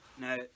Now